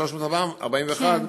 6,341,